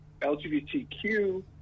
LGBTQ